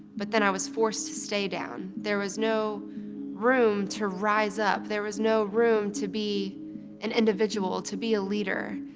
but then i was forced to stay down. there was no room to rise up. there was no room to be an individual, to be a leader.